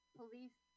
police